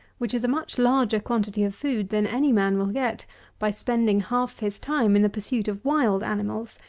which is a much larger quantity of food than any man will get by spending half his time in the pursuit of wild animals,